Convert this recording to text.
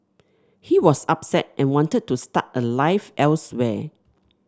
he was upset and wanted to start a life elsewhere